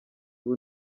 ubu